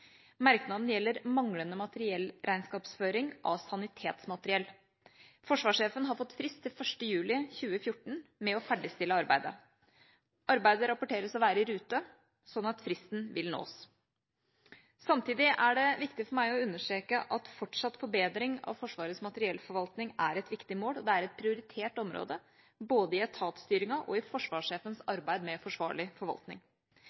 Merknaden gjelder manglende materiellregnskapsføring av sanitetsmateriell. Forsvarssjefen har fått frist til 1. juli 2014 med å ferdigstille arbeidet. Arbeidet rapporteres å være i rute, sånn at fristen vil nås. Samtidig er det viktig for meg å understreke at fortsatt forbedring av Forsvarets materiellforvaltning er et viktig mål, og det er et prioritert område, både i etatsstyringen og i forsvarssjefens arbeid med forsvarlig forvaltning.